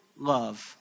love